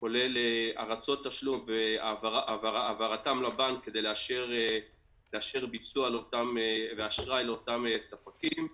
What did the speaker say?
כולל הרצות תשלום והעברתם לבנק כדי לאשר ביצוע ואשראי לאותם ספקים.